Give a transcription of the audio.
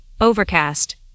overcast